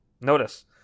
notice